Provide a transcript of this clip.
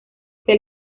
que